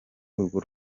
urwo